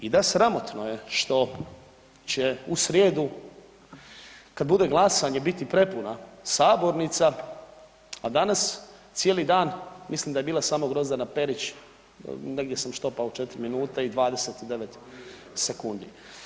I da sramotno je što će u srijedu kad bude glasanje biti prepuna sabornica, a danas cijeli dan mislim da je bila samo Grozdana Perić, negdje sam štopao 4 minute i 29 sekundi.